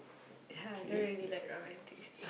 I don't really like romantic